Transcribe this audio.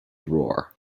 roar